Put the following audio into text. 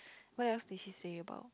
what else did she say about